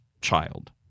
child